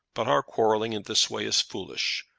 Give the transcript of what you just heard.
but our quarrelling in this way is foolish.